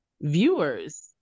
viewers